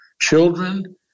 Children